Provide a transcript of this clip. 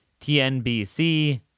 TNBC